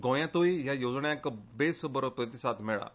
गोयातूय ह्या येवजण्यांक बेस बरो प्रतिसाद मेळटा